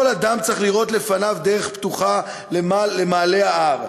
כל אדם צריך לראות לפניו דרך פתוחה למעלה ההר.